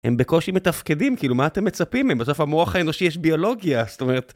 הם בקושי מתפקדים, כאילו, מה אתם מצפים מהם? בסוף המוח האנושי יש ביולוגיה, זאת אומרת...